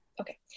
okay